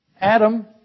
Adam